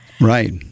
right